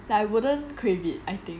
like I wouldn't crave it I think